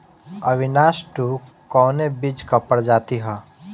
Avinash two कवने बीज क प्रजाति ह?